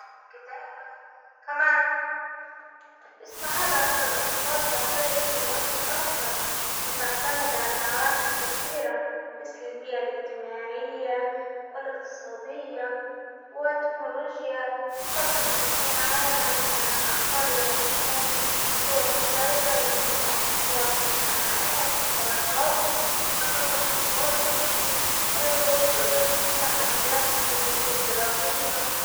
الكتابة كمان السعادة عند الأطفال تختلف من وقت لآخر، وتعتمد على عوامل كثيرة مثل البيئة الإجتماعية والإقتصادية، والتكنولوجيا، قبل خمسين عاما كان الأطفال يعيشون بطرق مختلفة ، وقت أطول في الألعاب الهواء الطلق، تقدم تكنولوجي في تحديات مثل الضغوط الدراسية.